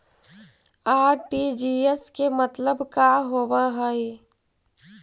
RTGS के मतलब का होव हई?